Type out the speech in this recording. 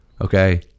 Okay